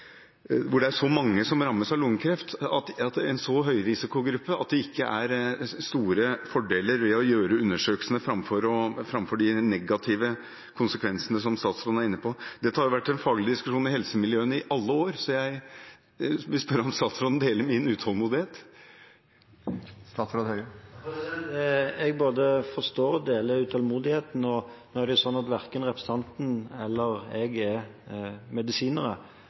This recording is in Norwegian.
rammes av lungekreft – er store fordeler ved å gjøre undersøkelsene, framfor de negative konsekvensene som statsråden er inne på. Dette har vært en faglig diskusjon i helsemiljøene i alle år. Jeg vil spørre om statsråden deler min utålmodighet. Jeg både forstår og deler utålmodigheten. Nå er det sånn at verken representanten eller jeg er medisinere,